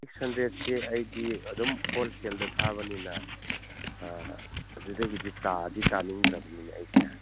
six ꯍꯟꯗ꯭ꯔꯦꯗꯁꯤ ꯑꯩꯗꯤ ꯑꯗꯨꯝ ꯍꯣꯜ ꯁꯦꯜꯗ ꯊꯥꯕꯅꯤꯅ ꯑꯗꯨꯗꯒꯤꯗꯤ ꯇꯥꯗꯤ ꯇꯥꯅꯤꯡꯗ꯭ꯔꯕꯅꯤꯅꯦ ꯑꯩꯁꯦ